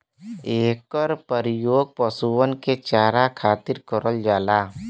एकर परियोग पशुअन के चारा खातिर करल जाला